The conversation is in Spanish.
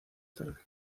tarde